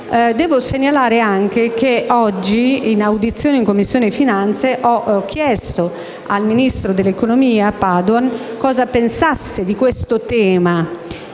Devo segnalare anche che oggi, in audizione in Commissione finanze, ho chiesto al ministro dell'economia Padoan cosa pensasse di questo tema